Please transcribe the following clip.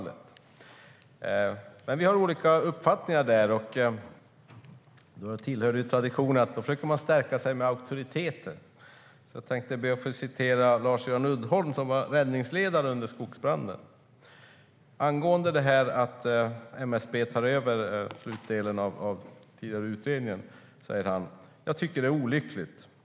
När man har olika uppfattningar tillhör det traditionen att man försöker stärka sig med auktoriteter. Jag tänkte be att få citera Lars-Göran Uddholm, som var räddningsledare under skogsbranden. Angående det här med att MSB tar över slutdelen av den tidigare utredningen säger han i en intervju med Sveriges Radio: "Jag tycker det är olyckligt.